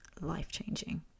life-changing